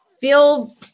feel